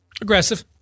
Aggressive